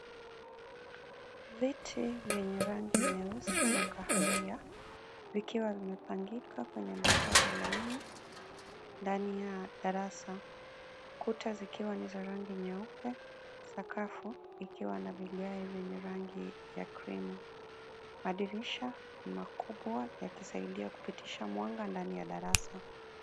Neti vyenye rangi nyeusi na kahawia vikiwa vimepangika kwenye mstari laini ndani ya darasa. Kuta zikiwa ni za rangi nyeupe, sakafu ikiwa na vigae vyenye rangi ya krimu. Madirisha makubwa yakisaidia kupitisha mwanga ndani ya darasa.